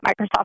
Microsoft